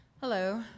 Hello